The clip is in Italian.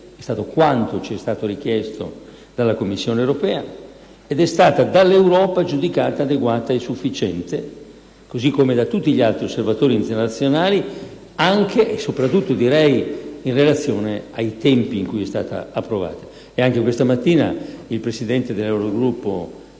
secondo quanto ci è stato richiesto dalla Commissione europea ed è stata dall'Europa giudicata adeguata e sufficiente, così come da tutti gli altri osservatori internazionali, anche e soprattutto, direi, in relazione ai tempi in cui è stata approvata. Questa stessa mattina il presidente dell'Eurogruppo,